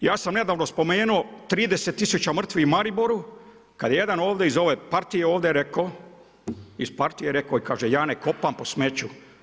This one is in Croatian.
Ja sam nedavno spomenuo 30 000 mrtvih u Mariboru kad je jedan ovdje iz ove partije ovdje rekao i kaže ja ne kopam po smeću.